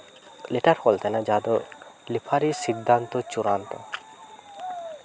letter ᱨᱮᱦᱚᱸ ᱚᱞ ᱛᱟᱦᱮᱱᱟ ᱡᱟᱦᱟᱸ ᱫᱚ ᱨᱮᱯᱷᱟᱨᱤ ᱥᱤᱫᱽᱫᱷᱟᱱᱛᱚ ᱪᱩᱲᱟᱱᱛᱚ